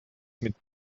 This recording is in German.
mit